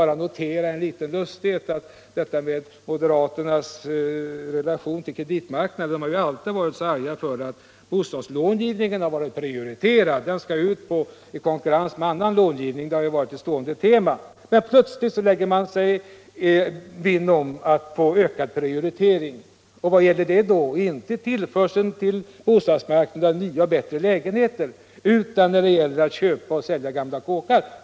Jag vill notera en liten lustighet när det gäller moderaternas relation till kreditmarknaden. De har alltid varit arga för att bostadslångivningen har varit prioriterad. Det ständiga temat har varit att den skall ut i konkurrens med annan långivning. Men plötsligt lägger man sig vinn om en ökad prioritering av bostadslångivningen. Vad gäller det då? Det gäller inte tillförseln av pengar till bostadsmarknaden för byggande av nya och bättre lägenheter, utan avsikten är att pengarna skall användas för att köpa och sälja gamla kåkar.